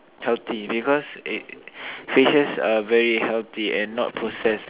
healthy because it fishes are very healthy and not processed